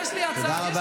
איפה כל הכסף,